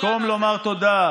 במקום לומר תודה,